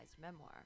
memoir